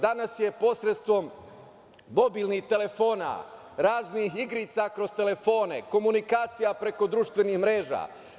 Danas je posredstvom mobilnih telefona, raznih igrica kroz telefone, komunikacija preko društvenih mreža.